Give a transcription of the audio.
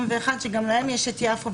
שלהם יש את יפו,